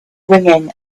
ringing